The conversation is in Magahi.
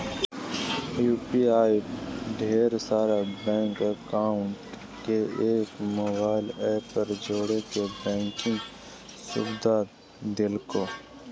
यू.पी.आई ढेर सारा बैंक अकाउंट के एक मोबाइल ऐप पर जोड़े के बैंकिंग सुविधा देलकै